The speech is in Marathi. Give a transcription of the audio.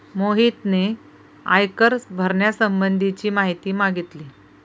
मोहितने आयकर भरण्यासंबंधीची माहिती मागितली